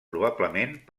probablement